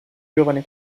giovane